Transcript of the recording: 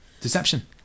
deception